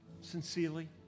sincerely